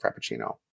Frappuccino